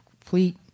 complete